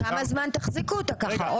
כמה זמן תחזיקו אותן ככה?